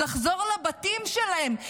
לחזור לבתים שלהם.